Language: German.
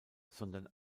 sondern